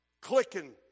clicking